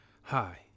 hi